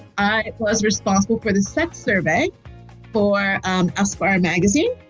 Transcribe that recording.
i was responsible for the sex survey for um esquire and magazine.